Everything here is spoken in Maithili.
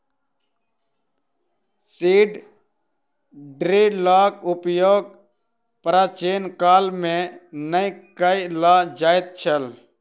सीड ड्रीलक उपयोग प्राचीन काल मे नै कय ल जाइत छल